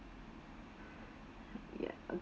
ya